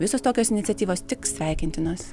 visos tokios iniciatyvos tik sveikintinos